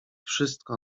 wszystko